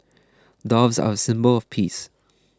doves are a symbol of peace